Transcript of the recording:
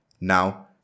Now